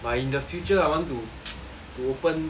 in the future I want to to open